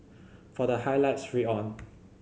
for the highlights read on